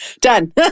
Done